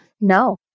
No